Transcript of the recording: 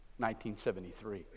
1973